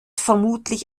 vermutlich